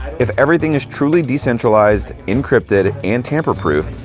if everything is truly decentralized, encrypted, and tamper-proof,